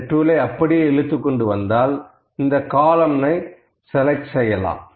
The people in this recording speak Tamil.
இந்த டூலை அப்படியே இழுத்துக் கொண்டு வந்தால் இந்த காலம்ன் செலக்ட் செய்யலாம்